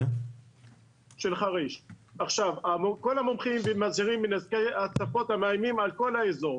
כל המומחים מזהירים מנזקי ההצפות שמאיימות על כל האזור,